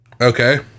Okay